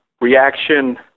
reaction